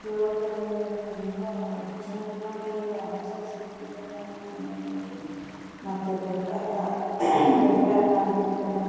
ದೇವರುಗಳಲ್ಲೇ ತುಂಬ ವಿಜೃಂಭಣೆಯಿಂದ ಆಚರಿಸಿ ಪೂಜೆ ಮಾಡ್ತಾರೆ ಮೇಲ್ಕೋಟೆಯಲ್ಲಿ ಮತ್ತು ಬೆಟ್ಟ ಎಲ್ಲ ಬೆಟ್ಟ ಎಲ್ಲ ಹತ್ತುತ್ತಾರೆ